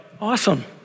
awesome